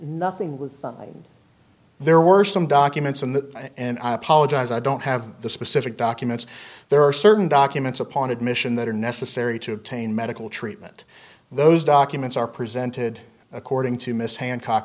nothing there were some documents in that and i apologize i don't have the specific documents there are certain documents upon admission that are necessary to obtain medical treatment those documents are presented according to miss hancock